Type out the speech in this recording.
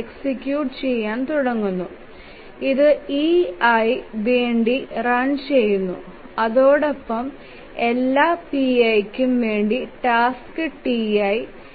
execute ചെയ്യാൻ തുടങ്ങുന്നു ഇത് ei വേണ്ടി റൺ ചെയ്യുന്നു അതോടൊപ്പം എല്ലാ pi കും വേണ്ടി ടാസ്ക് ti ei നേ എക്സിക്യൂട്ട് ചെയ്യുന്നു